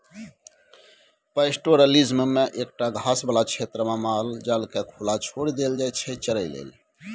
pastoralism मे एकटा घास बला क्षेत्रमे माल जालकेँ खुला छोरि देल जाइ छै चरय लेल